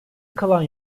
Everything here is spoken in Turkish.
kalan